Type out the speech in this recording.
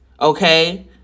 Okay